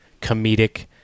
comedic